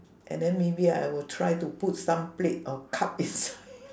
and then maybe I will try put some plate or cup inside